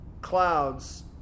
clouds